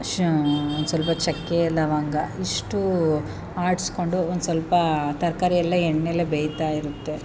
ಶ ಸ್ವಲ್ಪ ಚಕ್ಕೆ ಲವಂಗ ಇಷ್ಟೂ ಆಡಿಸ್ಕೊಂಡು ಒಂದು ಸ್ವಲ್ಪ ತರಕಾರಿ ಎಲ್ಲ ಎಣ್ಣೆಲೇ ಬೇಯ್ತಾ ಇರುತ್ತೆ